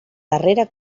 darrera